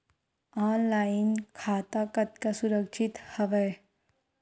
Online खाता कतका सुरक्षित हवय?